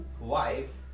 wife